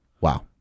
Wow